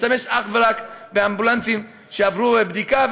להשתמש אך ורק באמבולנסים שעברו בדיקה,